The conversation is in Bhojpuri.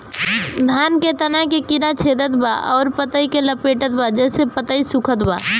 धान के तना के कीड़ा छेदत बा अउर पतई लपेटतबा जेसे पतई सूखत बा?